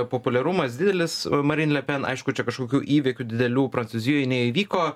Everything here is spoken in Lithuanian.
populiarumas didelis marin le pen aišku čia kažkokių įvykių didelių prancūzijoj neįvyko